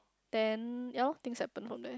then ya lor things happen from there